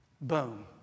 Boom